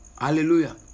Hallelujah